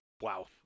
Wow